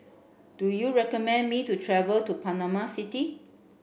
do you recommend me to travel to Panama City